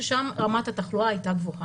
ששם רמת התחלואה הייתה גבוהה.